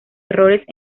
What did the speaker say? errores